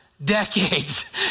decades